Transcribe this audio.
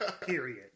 Period